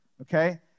okay